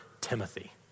Timothy